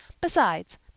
Besides